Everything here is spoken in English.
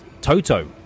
Toto